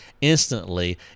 instantly